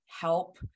help